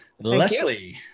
leslie